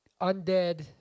undead